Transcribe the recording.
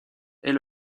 est